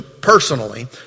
personally